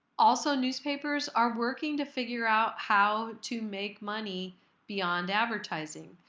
also, newspapers are working to figure out how to make money beyond advertising.